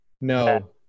No